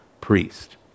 priest